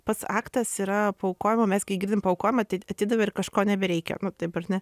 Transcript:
pats aktas yra paaukojimo mes kai girdim paaukojimą tai atidavei ir kažko nebereikia taip ar ne